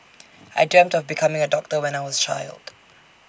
I dreamt of becoming A doctor when I was A child